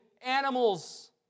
animals